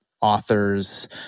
author's